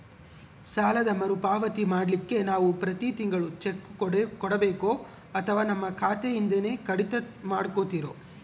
ಸಾಲದ ಮರುಪಾವತಿ ಮಾಡ್ಲಿಕ್ಕೆ ನಾವು ಪ್ರತಿ ತಿಂಗಳು ಚೆಕ್ಕು ಕೊಡಬೇಕೋ ಅಥವಾ ನಮ್ಮ ಖಾತೆಯಿಂದನೆ ಕಡಿತ ಮಾಡ್ಕೊತಿರೋ?